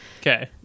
Okay